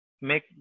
make